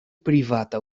privata